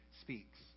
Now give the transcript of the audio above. speaks